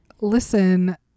listen